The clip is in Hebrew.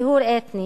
טיהור אתני.